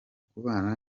kubana